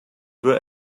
were